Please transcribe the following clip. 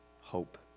hope